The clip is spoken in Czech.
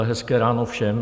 Hezké ráno všem.